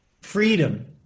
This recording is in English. freedom